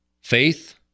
Faith